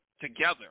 together